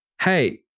hey